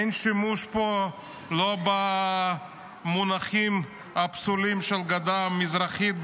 אין שימוש במונחים הפסולים של הגדה המזרחית,